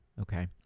Okay